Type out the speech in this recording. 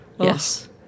Yes